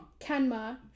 Kenma